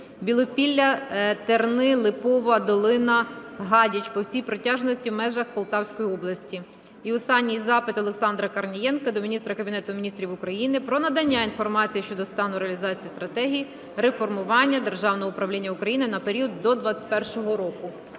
Білопілля-Терни-Липова Долина-Гадяч на всій протяжності в межах Полтавської області. І останній запит Олександра Корнієнка до міністра Кабінету Міністрів України про надання інформації щодо стану реалізації Стратегії реформування державного управління України на період до 21-го року.